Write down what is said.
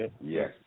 Yes